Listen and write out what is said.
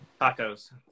Tacos